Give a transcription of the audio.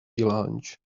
lounge